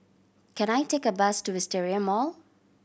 can I take a bus to Wisteria Mall